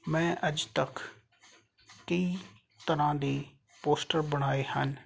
ਮੈਂ ਅੱਜ ਤੱਕ ਕਈ ਤਰ੍ਹਾਂ ਦੀ ਪੋਸਟਰ ਬਣਾਏ ਹਨ